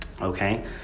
okay